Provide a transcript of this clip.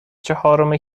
چهارم